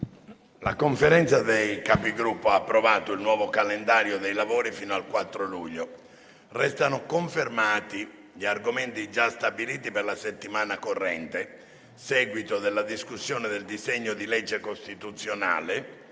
La Conferenza dei Capigruppo ha approvato il nuovo calendario dei lavori fino al 4 luglio. Restano confermati gli argomenti già stabiliti per la settimana corrente: seguito della discussione del disegno di legge costituzionale